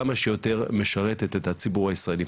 כמה שיותר משרתת את הציבור הישראלי.